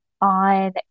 on